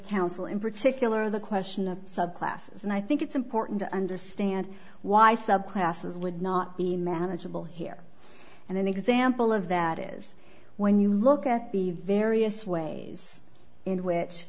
counsel in particular the question of subclasses and i think it's important to understand why subclasses would not be manageable here and an example of that is when you look at the various ways in which